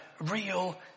real